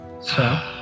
sir